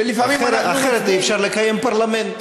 אחרת אי-אפשר לקיים פרלמנט.